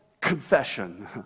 confession